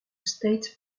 state